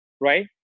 right